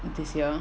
this year